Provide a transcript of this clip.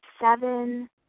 seven